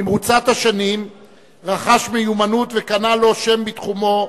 במרוצת השנים רכש מיומנות וקנה לו שם בתחומו,